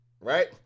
right